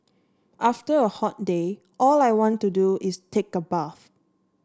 after a hot day all I want to do is take a bath